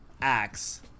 acts